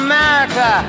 America